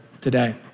today